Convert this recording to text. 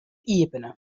iepene